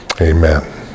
Amen